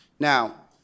Now